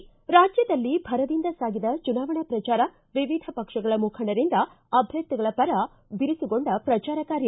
ಿ ರಾಜ್ಯದಲ್ಲಿ ಭರದಿಂದ ಸಾಗಿದ ಚುನಾವಣಾ ಪ್ರಚಾರ ವಿವಿಧ ಪಕ್ಷಗಳ ಮುಖಂಡರಿಂದ ಅಭ್ಯರ್ಥಿಗಳ ಪರ ಬಿರುಸುಗೊಂಡ ಪ್ರಚಾರ ಕಾರ್ಯ